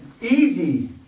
easy